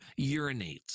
urinates